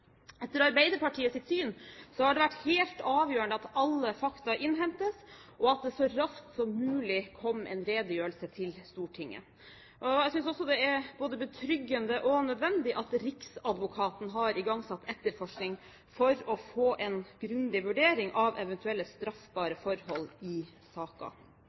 Etter Arbeiderpartiets syn har det vært helt avgjørende at alle fakta innhentes, og at det så raskt som mulig kom en redegjørelse til Stortinget. Jeg synes også det er både betryggende og nødvendig at riksadvokaten har igangsatt etterforskning for å få en grundig vurdering av eventuelle straffbare forhold i